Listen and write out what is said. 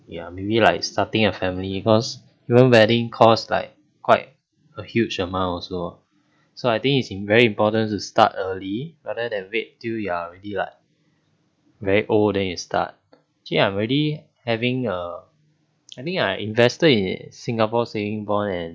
ya maybe like starting a family cause even wedding cost like quite a huge amounts lor so I think it's very important to start early rather than wait till you are already like very old then you start actually I'm already having err I think I invested in a singapore savings bond and